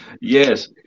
yes